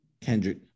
Kendrick